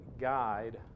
guide